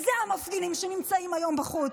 אלה המפגינים שנמצאים היום בחוץ.